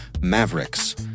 Mavericks